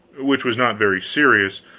which was not very serious,